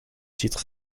titre